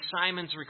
Simon's